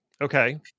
Okay